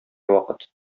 вакыт